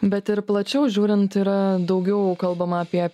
bet ir plačiau žiūrint yra daugiau kalbama apie